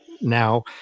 now